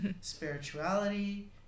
spirituality